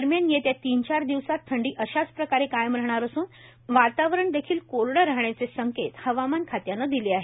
दरम्यान येत्या तीन चार दिवसात थंडी अश्याच प्रकारे कायम राहणार असून वातावरण देखील कोरड राहण्याचे संकेत हवामान खात्यान दिल आहे